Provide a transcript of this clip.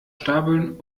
stapeln